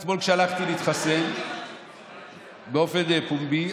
אתמול כשהלכתי להתחסן באופן פומבי,